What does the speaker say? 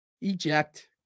Eject